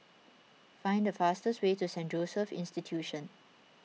find the fastest way to Saint Joseph's Institution